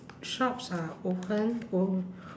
shops are open on~